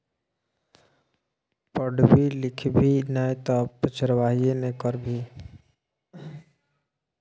पढ़बी लिखभी नै तँ चरवाहिये ने करभी